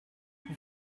vous